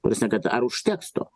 ta prasme kad ar užteks to